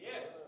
Yes